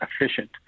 efficient